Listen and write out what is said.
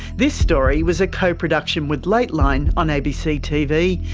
this story was a co-production with lateline on abc tv,